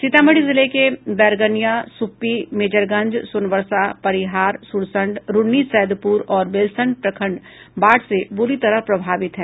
सीतामढ़ी जिले के बैरगनिया सुप्पी मेजरगंज सोनबरसा परिहार सुरसंड रून्नीसैदपुर और बेलसंड प्रखंड बाढ से बुरी तरह प्रभावित हैं